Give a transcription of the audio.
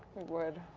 would.